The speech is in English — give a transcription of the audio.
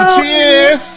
Cheers